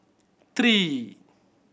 three